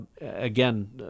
again